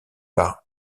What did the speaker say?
par